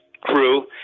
crew